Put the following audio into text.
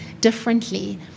differently